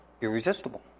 Irresistible